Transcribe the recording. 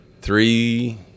three